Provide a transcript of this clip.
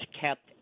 kept